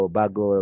bago